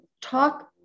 talk